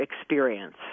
experience